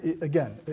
again